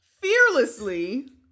fearlessly